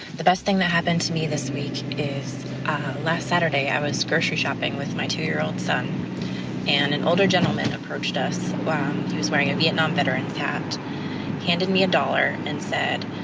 the best thing that happened to me this week is last saturday, i was grocery shopping with my two year old son. and an older gentleman approached us. he was wearing a vietnam veteran's hat. he handed me a dollar and said,